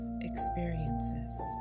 experiences